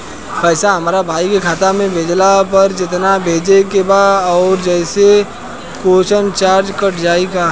पैसा हमरा भाई के खाता मे भेजला पर जेतना भेजे के बा औसे जादे कौनोचार्ज कट जाई का?